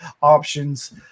options